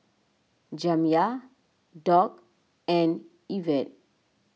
Jamya Doc and Yvette